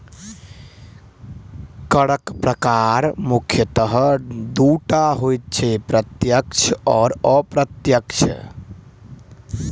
करक प्रकार मुख्यतः दू टा होइत छै, प्रत्यक्ष आ अप्रत्यक्ष